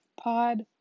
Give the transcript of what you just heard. pod